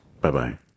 Bye-bye